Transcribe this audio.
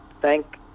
thank